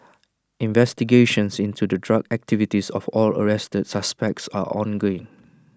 investigations into the drug activities of all arrested suspects are ongoing